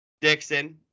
Dixon